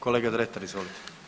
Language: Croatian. Kolega Dretar izvolite.